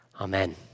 Amen